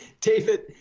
David